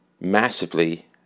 massively